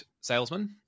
salesman